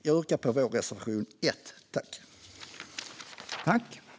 Jag yrkar bifall till vår reservation, nummer 1.